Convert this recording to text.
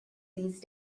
these